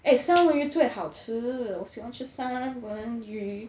eh 三文鱼最好吃我喜欢吃三文鱼